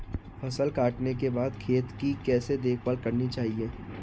फसल काटने के बाद खेत की कैसे देखभाल करनी चाहिए?